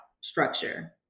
structure